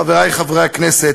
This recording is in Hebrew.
חברי חברי הכנסת,